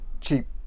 cheap